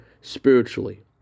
spiritually